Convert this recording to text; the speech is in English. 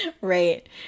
Right